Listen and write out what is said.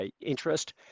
interest